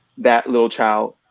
that little child,